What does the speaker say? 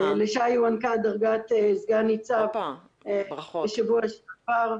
לשי הוענקה דרגת סגן ניצב בשבוע שעבר.